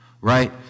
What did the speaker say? right